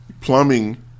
Plumbing